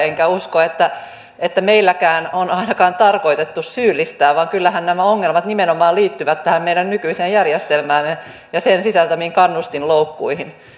enkä usko että meilläkään on ainakaan ollut tarkoitus syyllistää vaan kyllähän nämä ongelmat nimenomaan liittyvät tähän meidän nykyiseen järjestelmäämme ja sen sisältämiin kannustinloukkuihin